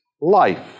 life